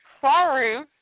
Sorry